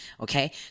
Okay